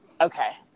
okay